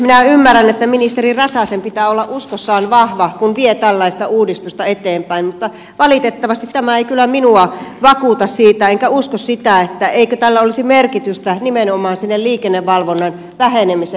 minä ymmärrän että ministeri räsäsen pitää olla uskossaan vahva kun vie tällaista uudistusta eteenpäin mutta valitettavasti tämä ei kyllä minua vakuuta enkä usko sitä etteikö tällä olisi merkitystä nimenomaan sen liikennevalvonnan vähenemisenä